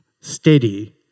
Steady